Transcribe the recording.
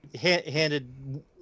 handed